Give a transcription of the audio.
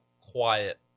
quiet